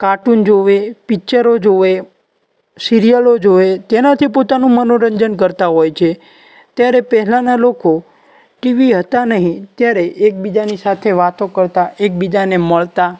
cartoon જુએ પિક્ચરો જુએ સિરિયલો જુએ તેનાથી પોતાનું મનોરંજન કરતા હોય છે ત્યારે પહેલાંના લોકો ટીવી હતાં નહીં ત્યારે એકબીજાની સાથે વાતો કરતા એકબીજાને મળતા